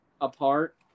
apart